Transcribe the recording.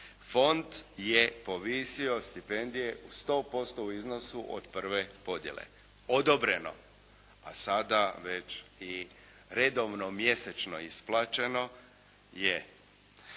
fond je povisio stipendije u 100%. Iznosu od prve podijele odobreno, a sada već i redovno mjesečno isplaćeno je,